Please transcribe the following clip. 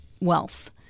wealth